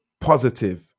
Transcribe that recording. positive